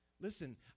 Listen